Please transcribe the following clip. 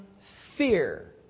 fear